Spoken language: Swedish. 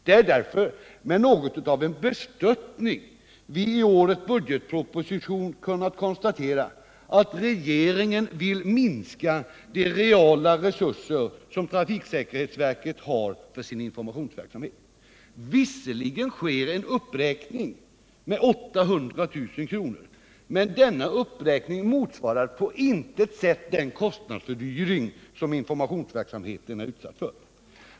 Det är därför med något av bestörtning vi i årets budgetproposition kunnat konstatera att regeringen vill minska de reala resurser som trafiksäkerhetsverket har för sin informationsverksamhet. Visserligen sker en uppräkning med 800 000 kr., men den uppräkningen motsvarar på intet sätt den kostnadsfördyring som informationsverksamheten är utsatt för.